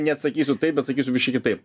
neatsakysiu taip bet sakyti biškį kitaip